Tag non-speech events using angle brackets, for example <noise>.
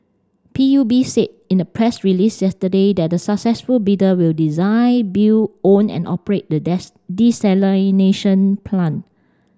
P U B said in a press release yesterday that the successful bidder will design build own and operate the <unintelligible> desalination plant